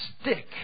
stick